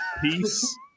Peace